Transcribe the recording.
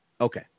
Okay